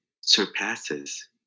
surpasses